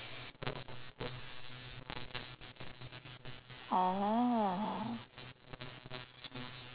oh